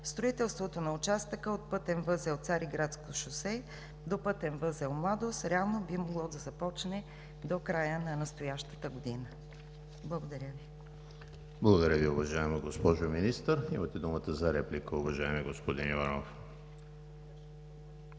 строителството на участъка от пътен възел „Цариградско шосе“ до пътен възел „Младост“ реално би могло да започне до края на настоящата година. Благодаря Ви. ПРЕДСЕДАТЕЛ ЕМИЛ ХРИСТОВ: Благодаря Ви, уважаема госпожо Министър. Имате думата за реплика, уважаеми господин Иванов.